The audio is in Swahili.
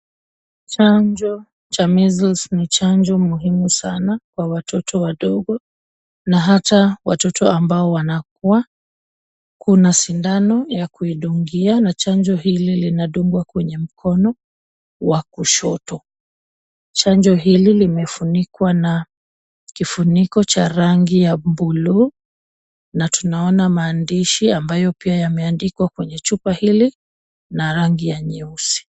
Chanjo cha measles ni chanjo muhimu sana kwa watoto wadogo, na hata watoto ambao wanakuwa. Kuna sindano ya kuidungia na chanjo hili linadungwa kwenye mkono wa kushoto. Chanjo hili limefunikwa na kifuniko cha rangi ya bluu, na tunaona maandishi ambayo pia yameandikwa kwenye chupa hili na rangi nyeusi.